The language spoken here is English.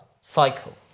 cycle